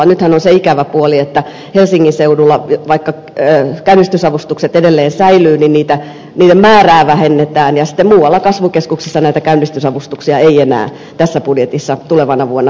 nythän on se ikävä puoli että vaikka helsingin seudulla käynnistysavustukset edelleen säilyvätkin niin niiden määrää vähennetään ja sitten muualla kasvukeskuksissa näitä käynnistysavustuksia ei enää tässä budjetissa tulevana vuonna myönnetä